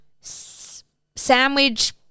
Sandwich